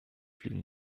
fliegen